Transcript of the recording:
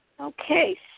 Okay